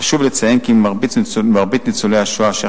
חשוב לציין כי מרבית ניצולי השואה אשר